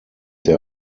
der